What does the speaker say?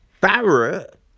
Barrett